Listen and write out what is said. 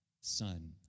son